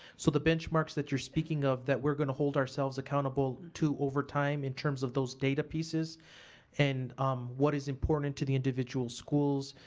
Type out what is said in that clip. so the benchmarks that you're speaking of that we're gonna hold ourselves accountable to over time in terms of those data pieces and what is important to the individual schools,